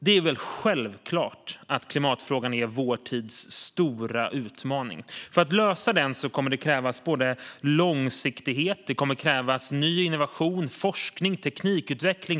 Det är självklart att klimatfrågan är vår tids stora utmaning. För att lösa den kommer det att krävas långsiktighet, innovation, forskning och teknikutveckling.